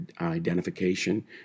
identification